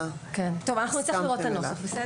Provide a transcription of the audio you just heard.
טוב, אנחנו נצטרך לראות את הנוסח, בסדר?